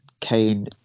Kane